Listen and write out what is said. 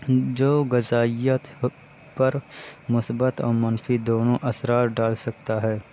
جو غذائیت پر مثبت اور منفی دونوں اثرات ڈال سکتا ہے